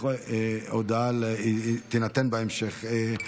הודעה על חידוש הישיבה תינתן בהמשך.